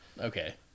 Okay